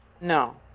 no